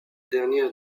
dernière